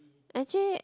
actually